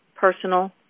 personal